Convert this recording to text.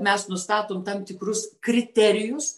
mes nustatom tam tikrus kriterijus